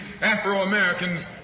Afro-Americans